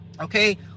Okay